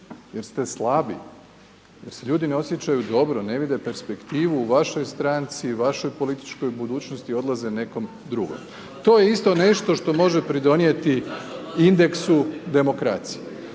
jer ste slabi. Jer se ljudi ne osjećaju dobro, ne vide perspektivu u vašoj stranci, vašoj političkoj budućnosti, odlaze nekome drugom. To je isto nešto što može pridonijeti indeksu demokracije.